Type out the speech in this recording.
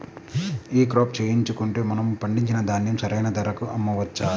ఈ క్రాప చేయించుకుంటే మనము పండించిన ధాన్యం సరైన ధరకు అమ్మవచ్చా?